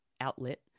outlet